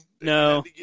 No